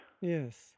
Yes